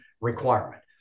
requirement